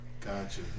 Gotcha